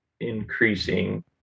increasing